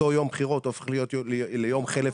אותו יום בחירות הופך להיות ליום חלף